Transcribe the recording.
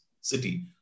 city